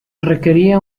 requería